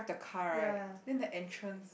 the car right then the entrance